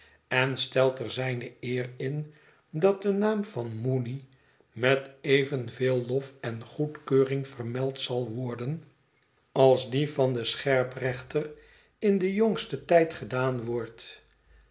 en stelt er zijne eer in dat de naam van mooney met evenveel lof en goedkeuring vermeld zal worden als die van den scherprechter in den jongsten tijd gedaan wordt